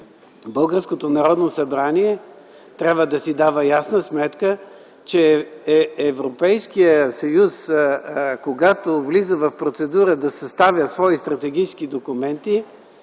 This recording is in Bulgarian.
българското Народно събрание трябва да си дава ясна сметка, че Европейският съюз когато влиза в процедура да съставя свои стратегически документи,